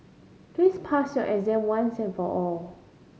please pass your exam once and for all